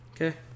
Okay